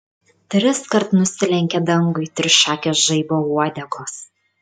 triskart nusilenkė dangui trišakės žaibo uodegos